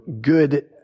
good